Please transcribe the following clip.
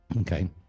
okay